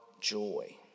joy